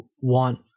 want